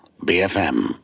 BFM